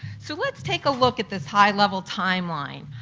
so let's take a look at this high-level timeline,